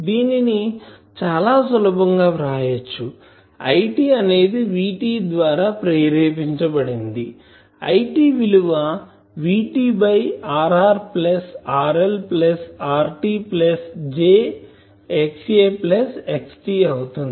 దీనిని చాలా సులభం గా వ్రాయచ్చుIT అనేది VT ద్వారా ప్రేరేపించబడింది IT విలువ VT by Rr plus RL plus RT plus j XA plus XT అవుతుంది